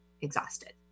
exhausted